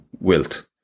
wilt